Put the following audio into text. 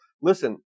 listen